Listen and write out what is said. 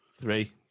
Three